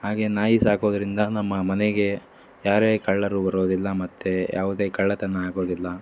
ಹಾಗೇ ನಾಯಿ ಸಾಕೋದರಿಂದ ನಮ್ಮ ಮನೆಗೆ ಯಾರೇ ಕಳ್ಳರು ಬರೋದಿಲ್ಲ ಮತ್ತು ಯಾವುದೇ ಕಳ್ಳತನ ಆಗೋದಿಲ್ಲ